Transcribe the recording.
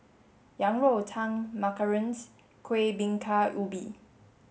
yang rou tang Macarons Kuih Bingka Ubi